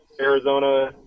Arizona